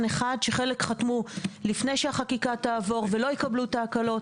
אחד שחלק חתמו לפני שהחקיקה תעבור ולא יקבלו את ההקלות.